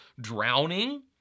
drowning